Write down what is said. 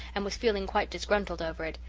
and was feeling quite disgruntled over it.